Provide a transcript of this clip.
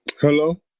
Hello